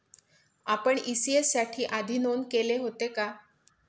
आपण इ.सी.एस साठी आधी नोंद केले होते का?